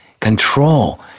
control